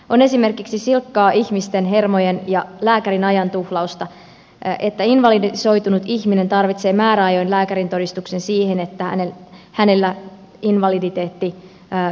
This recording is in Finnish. on esimerkiksi silkkaa ihmisten hermojen ja lääkärin ajantuhlausta että invalidisoitunut ihminen tarvitsee määräajoin lääkärintodistuksen siihen että hänellä invaliditeettiperuste jatkuu